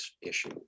issue